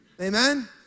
Amen